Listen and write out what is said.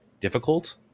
difficult